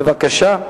בבקשה,